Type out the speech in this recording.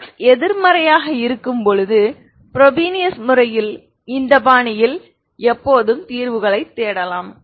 x எதிர்மறையாக இருக்கும்போது Frobenius முறையில் இந்த பாணியில் எப்போதும் தீர்வுகளைத் தேடலாம்